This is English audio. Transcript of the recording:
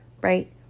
Right